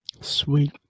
Sweet